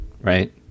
right